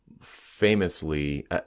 famously